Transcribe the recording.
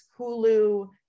Hulu